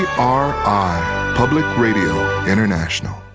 are public radio international